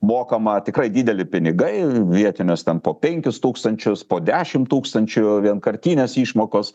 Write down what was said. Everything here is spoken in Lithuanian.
mokama tikrai dideli pinigai vietinis ten po penkis tūkstančius po dešimt tūkstančių vienkartinės išmokos